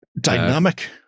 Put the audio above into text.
dynamic